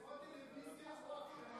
זה או טלוויזיה או הפגנות?